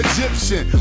Egyptian